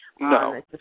No